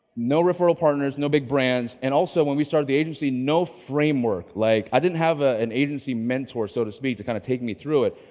no referral partners, no big brands, and also, when we started the agency, no framework. like, i didn't have ah an agency mentor, so to speak, to kind of take me through it.